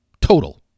total